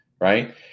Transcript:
right